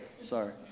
sorry